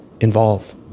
involve